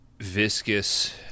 viscous